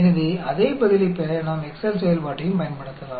எனவே அதே பதிலைப் பெற நாம் எக்செல் செயல்பாட்டையும் பயன்படுத்தலாம்